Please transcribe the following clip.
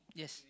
yes